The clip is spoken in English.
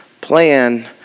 plan